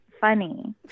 funny